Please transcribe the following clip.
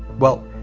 well,